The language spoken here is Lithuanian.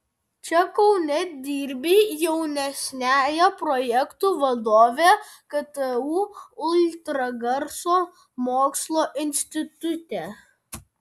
čia kaune dirbi jaunesniąja projektų vadove ktu ultragarso mokslo institute